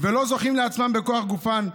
ולא זוכין לעצמן בכוח גופן,